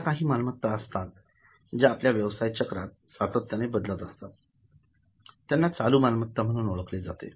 अश्या काही मालमत्ता असतात ज्या आपल्याव्यवसाय चक्रात सातत्याने बदलत असतात त्यांना चालू मालमत्ता म्हणून ओळखले जाते